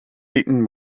eaten